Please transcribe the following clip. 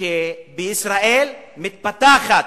שבישראל מתפתחת